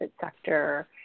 sector